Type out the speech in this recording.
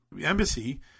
embassy